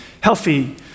healthy